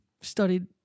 studied